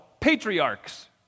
patriarchs